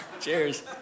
Cheers